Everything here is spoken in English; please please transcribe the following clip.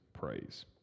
Praise